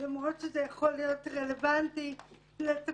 למרות שזה יכול להיות רלוונטי לתפקיד,